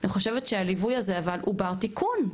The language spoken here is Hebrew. אני חושבת שהליווי הזה, אבל, הוא בר תיקון.